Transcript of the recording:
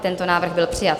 Tento návrh byl přijat.